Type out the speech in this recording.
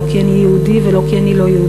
לא כי אני יהודי ולא כי אני לא-יהודי,